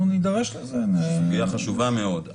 זו סוגיה חשובה מאוד,